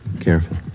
Careful